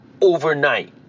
overnight